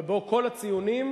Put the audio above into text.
ובה כל הציונים,